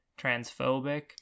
transphobic